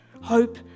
hope